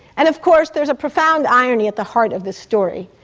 and of course, there's a profound irony at the heart of this story,